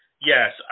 yes